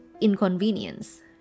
inconvenience